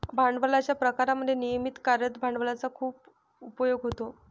भांडवलाच्या प्रकारांमध्ये नियमित कार्यरत भांडवलाचा खूप उपयोग होतो